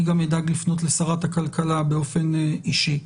אני גם אדאג לפנות לשרת הכלכלה באופן אישי.